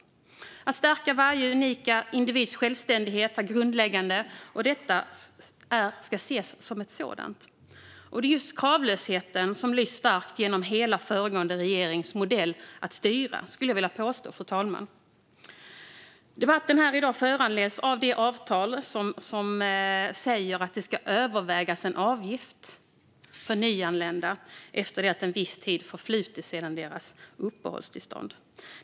Att stärka varje individs självständighet är grundläggande, och detta krav ses som något sådant. Det är just kravlösheten som lyst starkt genom den föregående regeringens modell för att styra. Debatten i dag föranleds av det avtal som säger att det ska övervägas en avgift för nyanlända efter det att en viss tid förflutit sedan de fick uppehållstillstånd.